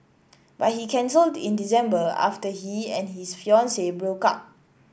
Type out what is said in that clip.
but he cancelled in December after he and his fiancee broke up